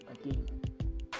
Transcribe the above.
again